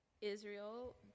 Israel